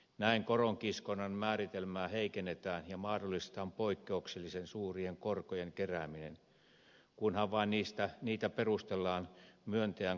näin koronkiskonnan määritelmää heikennetään ja mahdollistetaan poikkeuksellisen suurien korkojen kerääminen kunhan vain niitä perustellaan myöntäjän korkealla riskillä